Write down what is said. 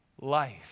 life